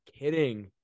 Kidding